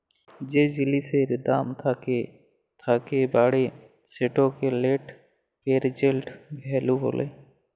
যে জিলিসের দাম থ্যাকে থ্যাকে বাড়ে সেটকে লেট্ পেরজেল্ট ভ্যালু ব্যলে